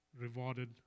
Rewarded